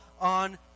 on